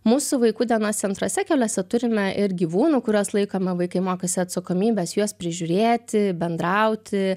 mūsų vaikų dienos centruose keliuose turime ir gyvūnų kuriuos laikome vaikai mokosi atsakomybės juos prižiūrėti bendrauti